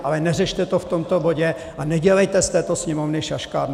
Ale neřešte to v tomto bodě a nedělejte z této Sněmovny šaškárnu.